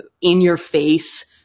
in-your-face